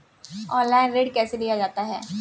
Online ऋण कैसे लिया जाता है?